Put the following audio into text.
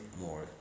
more